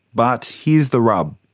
but, here's the rub,